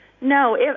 no